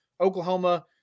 Oklahoma